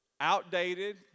outdated